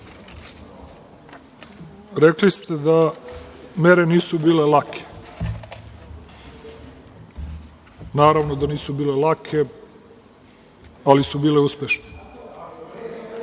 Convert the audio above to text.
rekli ste da mere nisu bile lake. Naravno da nisu bile lake, ali su bile uspešne.